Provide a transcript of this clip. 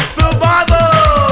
survival